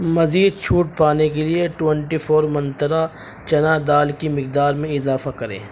مزید چھوٹ پانے کے لیے ٹونٹی فور منترا چنا دال کی مقدار میں اضافہ کریں